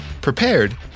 prepared